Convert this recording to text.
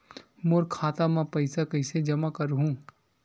मोर खाता म पईसा कइसे जमा करहु?